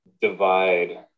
divide